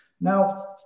Now